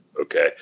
okay